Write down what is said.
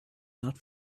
not